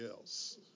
else